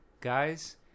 guys